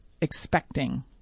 expecting